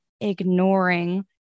ignoring